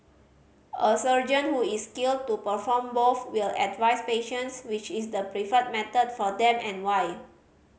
a surgeon who is skilled to perform both will advise patients which is the preferred method for them and why